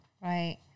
Right